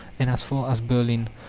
and as far as berlin.